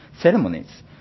ceremonies